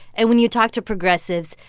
and when you talk to progressives,